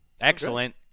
Excellent